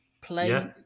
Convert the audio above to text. play